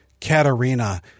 Katerina